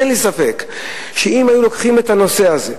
אין לי ספק שאם היו לוקחים את הנושא הזה,